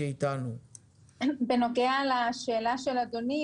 בנוגע לשאלה של אדוני,